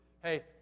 Hey